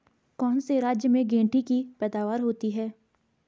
कौन से राज्य में गेंठी की पैदावार होती है?